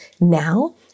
now